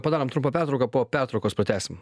padarom trumpą pertrauką po pertraukos pratęsim